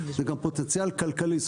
אלא גם פוטנציאל כלכלי.